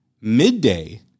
Midday